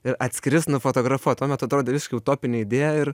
ir atskris nufotografuot tuo metu atrodė visiškai utopinė idėja ir